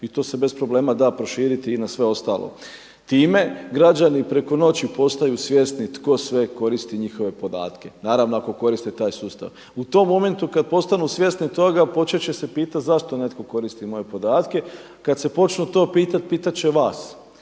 i to se bez problema da proširiti i na sve ostalo. Time građani preko noći postaju svjesni tko sve koristi njihove podatke, naravno ako koriste taj sustav. U tom momentu kada postanu svjesni toga počet će se pitati zašto netko koristi moje podatke. Kada se počnu to pitati pitat će vas,